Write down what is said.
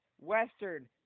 Western